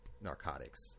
narcotics